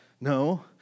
No